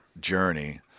journey